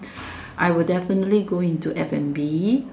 I will definitely go into F and B